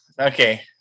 Okay